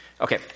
Okay